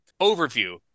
Overview